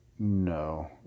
No